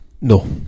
No